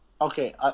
Okay